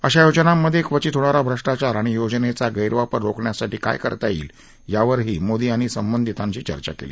अशा योजनांमधे क्वचित होणारा भ्रष्टाचार आणि योजनेचा गैरवापर रोखण्यासाठी काय करता येईल यावरही मोदी यांनी संबंधितांशी चर्चा केली